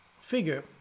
figure